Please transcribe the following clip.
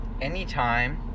anytime